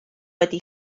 wedi